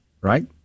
right